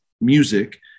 music